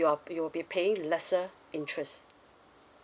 you are you will be paying lesser interest